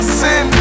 sin